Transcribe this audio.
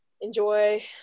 enjoy